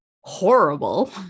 horrible